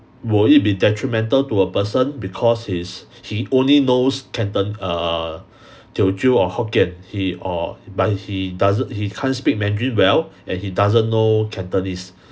will it be detrimental to a person because his he only knows canton~ err teochew or hokkien he or but he doesn't he can't speak mandarin well and he doesn't know cantonese